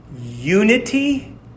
unity